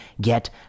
get